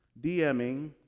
DMing